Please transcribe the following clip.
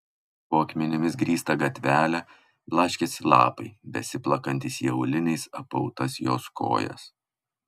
po akmenimis grįstą gatvelę blaškėsi lapai besiplakantys į auliniais apautas jos kojas